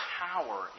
power